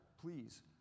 please